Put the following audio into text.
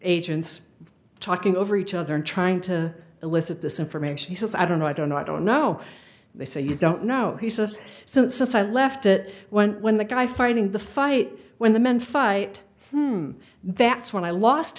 agents talking over each other and trying to elicit this information he says i don't know i don't know i don't know they say you don't know he says since i left it went when the guy fighting the fight when the men fight that's when i lost